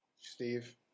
Steve